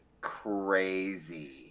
crazy